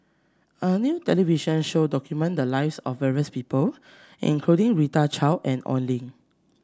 a new television show documented the lives of various people including Rita Chao and Oi Lin